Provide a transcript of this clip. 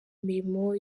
imirimo